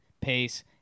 pace